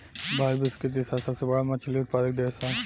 भारत विश्व के तीसरा सबसे बड़ मछली उत्पादक देश ह